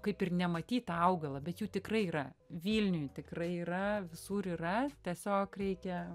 kaip ir nematytą augalą bet jų tikrai yra vilniuj tikrai yra visur yra tiesiog reikia